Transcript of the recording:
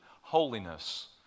holiness